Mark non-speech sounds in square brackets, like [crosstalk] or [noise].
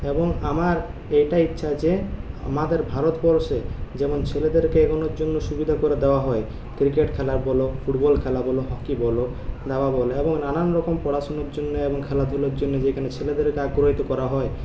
এবং আমার এটাই ইচ্ছা যে আমাদের ভারতবর্ষে যেমন ছেলেদেরকে এগোনোর জন্য সুবিধা করে দেওয়া হয় ক্রিকেট খেলার বলো ফুটবল খেলা বলো হকি বলো দাবা বলো এবং নানান রকম পড়াশোনার জন্য এবং খেলাধুলার জন্য যেখানে ছেলেদেরকে [unintelligible] করা হয়